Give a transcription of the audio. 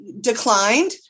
declined